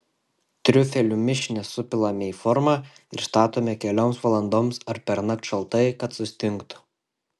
triufelių mišinį supilame į formą ir statome kelioms valandoms ar pernakt šaltai kad sustingtų